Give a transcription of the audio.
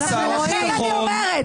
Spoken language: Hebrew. אנחנו רואים.